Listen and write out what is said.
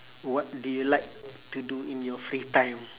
what do you like to do in your free time